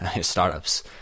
startups